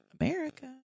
America